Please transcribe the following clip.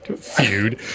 Feud